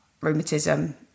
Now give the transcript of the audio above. rheumatism